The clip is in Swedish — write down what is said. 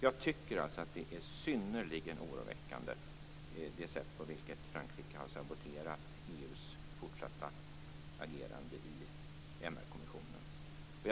Jag tycker alltså att det sätt på vilket Frankrike har saboterat EU:s fortsatta agerande i MR-kommissionen är synnerligen oroväckande.